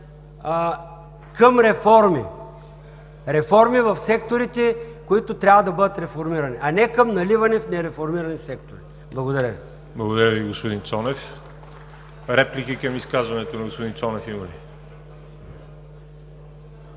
към реформи – реформи в секторите, които трябва да бъдат реформирани, а не към наливане в нереформирани сектори. Благодаря Ви. ПРЕДСЕДАТЕЛ ВАЛЕРИ ЖАБЛЯНОВ: Благодаря Ви, господин Цонев. Реплики към изказването на господин Цонев има ли?